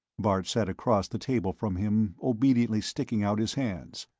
bart sat across the table from him, obediently sticking out his hands.